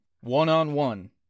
One-on-one